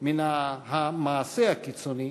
מן המעשה הקיצוני,